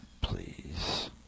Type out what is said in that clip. please